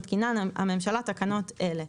מתקינה הממשלה תקנות אלה: